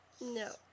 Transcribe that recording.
No